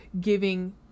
giving